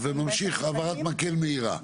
-- הוא ממשיך העברת מקל מהירה.